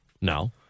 No